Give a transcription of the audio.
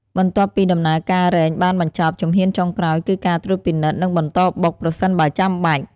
បន្ទាប់ពីដំណើរការរែងបានបញ្ចប់ ជំហានចុងក្រោយគឺការត្រួតពិនិត្យ និងបន្តបុក ប្រសិនបើចាំបាច់។